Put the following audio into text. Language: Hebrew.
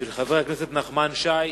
של חבר הכנסת נחמן שי,